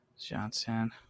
Johnson